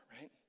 right